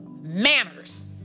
manners